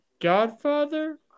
godfather